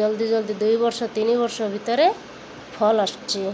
ଜଲ୍ଦି ଜଲ୍ଦି ଦୁଇ ବର୍ଷ ତିନି ବର୍ଷ ଭିତରେ ଫଲ୍ ଆସୁଛି